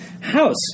house